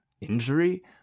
injury